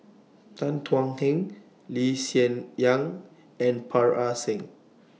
Tan Thuan Heng Lee Hsien Yang and Parga Singh